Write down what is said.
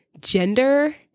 gender